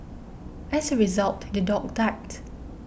as a result the dog died